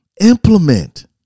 implement